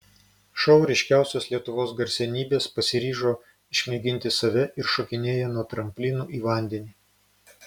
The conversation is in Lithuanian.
šou ryškiausios lietuvos garsenybės pasiryžo išmėginti save ir šokinėja nuo tramplinų į vandenį